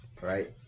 Right